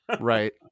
right